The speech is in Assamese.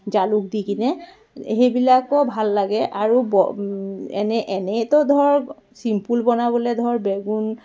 জালুক দি কিনে সেইবিলাকো ভাল লাগে আৰু ব এনে এনেইতো ধৰ ছিম্পল বনাবলৈ ধৰ বেগুন